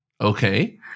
okay